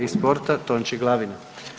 i sporta, Tonči Glavina.